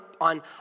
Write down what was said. on